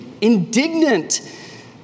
indignant